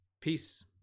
Peace